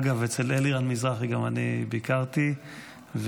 אגב, אצל אלירן מזרחי גם אני ביקרתי -- ניחמת.